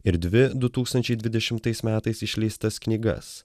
ir dvi du tūkstančiai dvidešimtais metais išleistas knygas